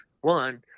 One